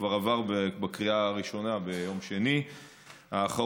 זה כבר עבר בקריאה ראשונה ביום שני האחרון,